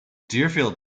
deerfield